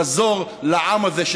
מזור לעם הזה,